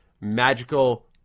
magical